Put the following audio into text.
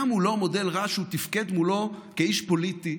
היה מולו מודל רע שהוא תפקד מולו כאיש פוליטי,